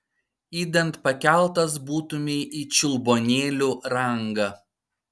idant pakeltas būtumei į čiulbuonėlių rangą